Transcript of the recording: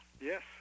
Yes